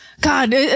God